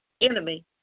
enemy